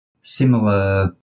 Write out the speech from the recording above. similar